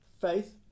Faith